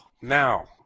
now